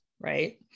right